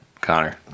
Connor